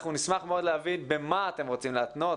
אנחנו נשמח מאוד להבין במה אתם רוצים להתנות